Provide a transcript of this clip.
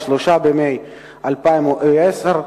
3 במאי 2010,